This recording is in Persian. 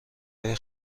های